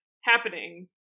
happening